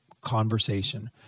conversation